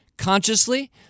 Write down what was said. consciously